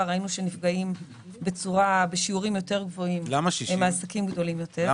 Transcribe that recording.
ראינו שנפגעים בשיעורים יותר גבוהים מעסקים גדולים יותר.